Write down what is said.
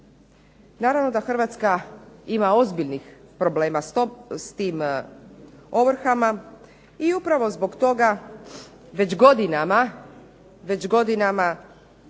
Naravno da Hrvatska ima ozbiljnih problema s tim ovrhama i upravo zbog toga već godinama